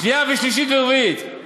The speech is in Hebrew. שנייה ושלישית ורביעית.